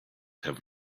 have